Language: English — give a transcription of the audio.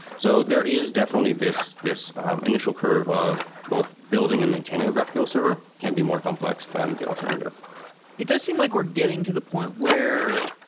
so there is definitely this this initial curve of both building and maintaining a graphql server can be more complex than the alternative it does seem like we're getting to the point where